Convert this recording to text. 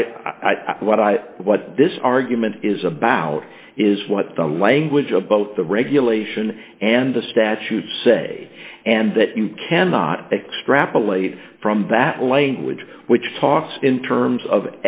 i what i what this argument is about is what the language of both the regulation and the statute say and that you cannot extrapolate from that language which talks in terms of